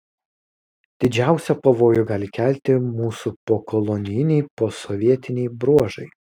didžiausią pavojų gali kelti mūsų pokolonijiniai posovietiniai bruožai